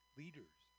leaders